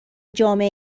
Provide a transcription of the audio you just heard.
جامعه